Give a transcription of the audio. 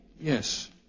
yes